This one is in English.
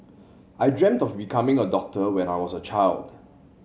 I dreamt of becoming a doctor when I was a child